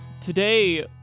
Today